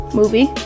movie